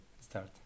start